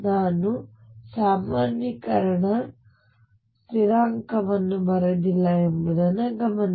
ನಾನು ಸಾಮಾನ್ಯೀಕರಣ ಸ್ಥಿರಾಂಕವನ್ನು ಬರೆದಿಲ್ಲ ಎಂಬುದನ್ನು ಗಮನಿಸಿ